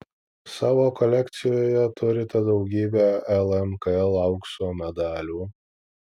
savo kolekcijoje turite daugybę lmkl aukso medalių